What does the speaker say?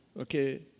okay